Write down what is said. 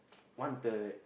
wanted